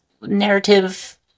narrative